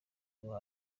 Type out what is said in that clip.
ngo